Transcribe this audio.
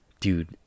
dude